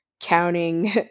counting